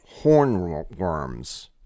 hornworms